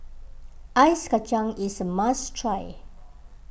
Ice Kacang is a must try